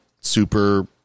super